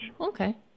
Okay